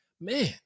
man